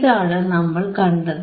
ഇതാണ് നമ്മൾ കണ്ടത്